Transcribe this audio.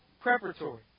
preparatory